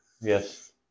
Yes